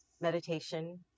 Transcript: Meditation